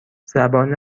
زبان